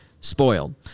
spoiled